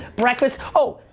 breakfast, oh,